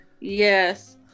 yes